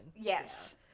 Yes